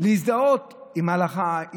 להזדהות עם ההלכה,